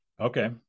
Okay